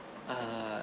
err